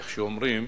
איך שאומרים,